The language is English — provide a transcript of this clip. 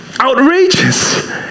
outrageous